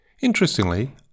Interestingly